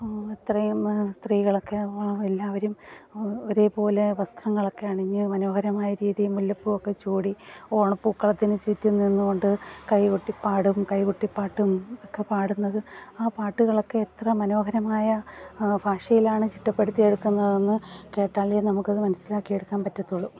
ഇത്രയും സ്ത്രീകളൊക്കെ എല്ലാവരും ഒരേ പോലെ വസ്ത്രങ്ങളൊക്കെ അണിഞ്ഞ് മനോഹരമായ രീതിയിൽ മുല്ലപ്പൂവൊക്കെ ചൂടി ഓണപ്പൂക്കളത്തിനും ചുറ്റും നിന്നു കൊണ്ട് കൈ കൊട്ടി പാടും കൈ കൊട്ടി പാട്ടും ഒക്കെ പാടുന്നത് ആ പാട്ടുകളൊക്കെ എത്ര മനോഹരമായ ഭാഷയിലാണ് ചിട്ടപ്പെടുത്തിയെടുക്കുന്നതെന്ന് കേട്ടാലേ നമുക്ക് അത് മനസ്സിലാക്കിയെടുക്കാൻ പറ്റത്തുള്ളു